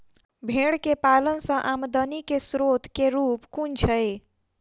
भेंर केँ पालन सँ आमदनी केँ स्रोत केँ रूप कुन छैय?